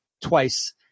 twice